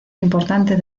importante